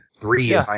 three